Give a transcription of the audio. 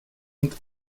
und